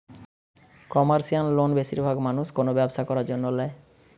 commercial loan বেশিরভাগ মানুষ কোনো ব্যবসা করার জন্য ল্যায়